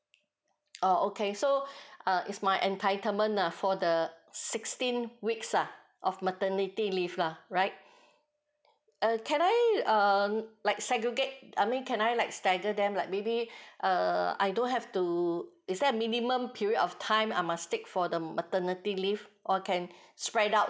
orh okay so uh is my entitlement lah for the sixteen weeks ah of maternity leave lah right uh can I um like segregate I mean can I like stagger them like maybe err I don't have to is there a minimum period of time I must take for the maternity leave or can spread out